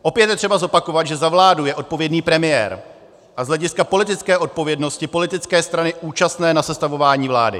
Opět je třeba zopakovat, že za vládu je odpovědný premiér a z hlediska politické odpovědnosti politické strany účastné na sestavování vlády.